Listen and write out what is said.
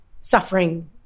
suffering